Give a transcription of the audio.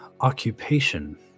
occupation